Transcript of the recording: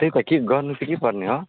त्यही त के गर्नु चाहिँ के पर्ने हो